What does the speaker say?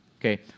okay